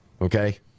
Okay